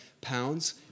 pounds